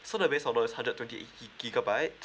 so the base model is hundred twenty eight gig gigabytes